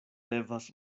devas